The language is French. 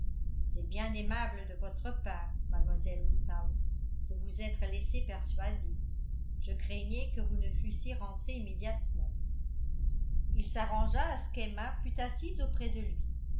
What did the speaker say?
c'est bien aimable de votre part mademoiselle woodhouse de vous être laissée persuader je craignais que vous ne fussiez rentrée immédiatement il s'arrangea à ce qu'emma fût assise auprès de lui